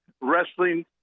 wrestling